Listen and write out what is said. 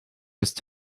just